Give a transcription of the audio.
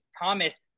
Thomas